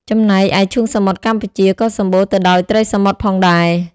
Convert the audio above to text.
ចំណែកឯឈូងសមុទ្រកម្ពុជាក៏សម្បូរទៅដោយត្រីសមុទ្រផងដែរ។